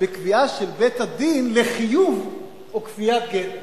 בקביעה של בית-הדין לחיוב או כפיית גט.